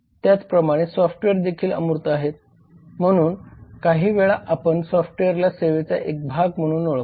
त्याचप्रमाणे सॉफ्टवेअर देखील अमूर्त आहे म्हणून काही वेळा आपण सॉफ्टवेअरला सेवेचा एक भाग म्हणून 1011 ओळखतो